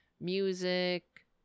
music